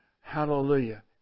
Hallelujah